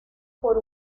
por